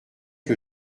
que